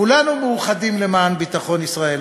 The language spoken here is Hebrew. כולנו מאוחדים למען ביטחון ישראל,